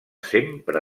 sempre